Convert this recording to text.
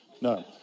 no